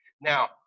now